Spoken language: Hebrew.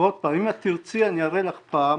ועוד פעם, אם תרצי אראה לך פעם,